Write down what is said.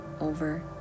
over